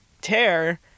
tear